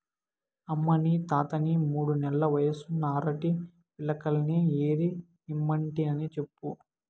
అమ్మనీ తాతని మూడు నెల్ల వయసున్న అరటి పిలకల్ని ఏరి ఇమ్మంటినని చెప్పు